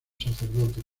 sacerdote